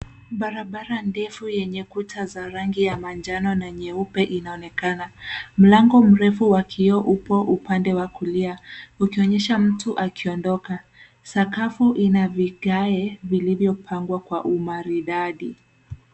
Barabara ndefu yenye kuta za rangi ya manjano na nyeupe inaonekana. Mlango mrefu wa kioo upo upande wa kulia, ukionyesha mtu akiondoka. Sakafu ina vigae vilivyopangwa kwa umaridadi.